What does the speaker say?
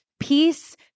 Peace